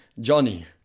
Johnny